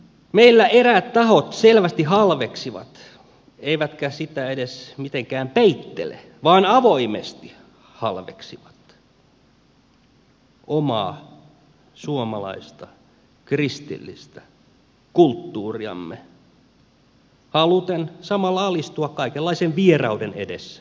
meillä eräät tahot selvästi halveksivat eivätkä sitä edes mitenkään peittele vaan avoimesti halveksivat omaa suomalaista kristillistä kulttuuriamme haluten samalla alistua kaikenlaisen vierauden edessä